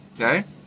okay